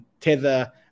Tether